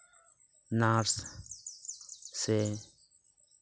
nurse ᱥᱮ